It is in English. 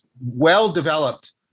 well-developed